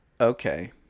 Okay